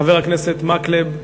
חבר הכנסת מקלב,